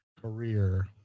career